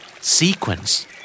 Sequence